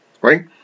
Right